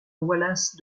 wallace